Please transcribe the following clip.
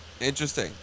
Interesting